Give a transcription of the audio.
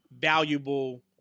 valuable